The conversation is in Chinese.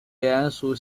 莲属